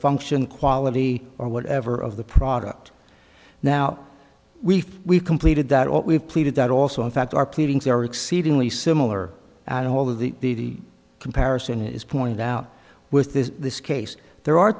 function quality or whatever of the product now we've we've completed that we've pleaded that also in fact our pleadings are exceedingly similar i don't all of the comparison is point out with this case there are